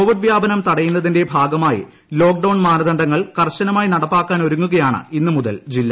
Covid വ്യാപനം തടയുന്നതിന്റെ ഭാഗമായി ലോക്ഡൌൺ മാനദണ്ഡങ്ങൾ കർക്കശമായി നടപ്പാക്കാനൊരുങ്ങുകയാണ് ഇന്നുമുതൽ ജില്ല